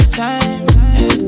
time